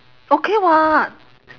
okay [what]